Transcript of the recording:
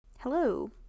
hello